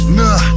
nah